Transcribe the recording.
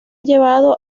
llevado